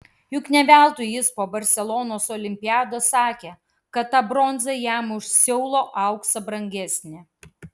juk ne veltui jis po barselonos olimpiados sakė kad ta bronza jam už seulo auksą brangesnė